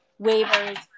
waivers